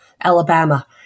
Alabama